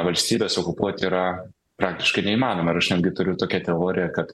valstybes okupuoti yra praktiškai neįmanoma ir aš netgi turiu tokią teoriją kad